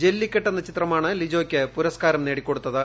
ജെല്ലിക്കെട്ട് എന്ന ചിത്രമാണ് ലിജോയ്ക്ക് പുരസ്ക്കാരം നേടി കൊടുത്തത്